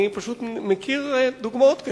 אני מכיר דוגמאות של